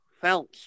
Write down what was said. felt